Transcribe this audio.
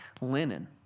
linen